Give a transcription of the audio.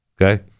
Okay